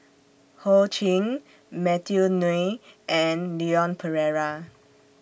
Ho Ching Matthew Ngui and Leon Perera